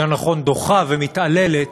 יותר נכון דוחה ומתעללת,